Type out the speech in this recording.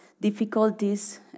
difficulties